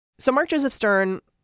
so marchers of stern.